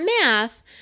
math